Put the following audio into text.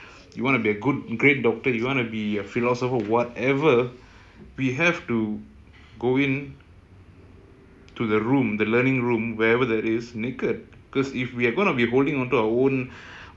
maybe that thirty percent that's supposed to go in is the life changing information but because of your preconceived notions your ideas your beliefs your thirty percent you refuse to give up